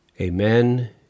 Amen